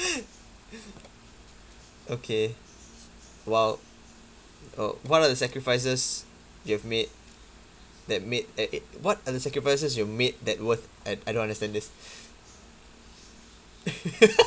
okay !wow! oh what are the sacrifices you've made that made eh what are the sacrifices you made that worth I I don't understand this